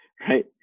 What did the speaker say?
right